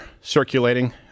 circulating